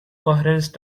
coherence